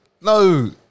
No